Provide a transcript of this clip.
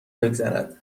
بگذرد